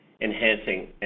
enhancing